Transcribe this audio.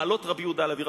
מעלות רבי יהודה הלוי.